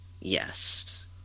Yes